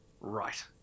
Right